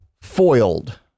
foiled